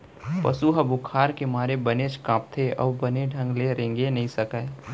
पसु ह बुखार के मारे बनेच कांपथे अउ बने ढंग ले रेंगे नइ सकय